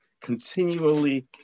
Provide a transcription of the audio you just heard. continually